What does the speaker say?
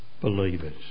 believers